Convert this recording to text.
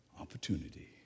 opportunity